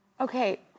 Okay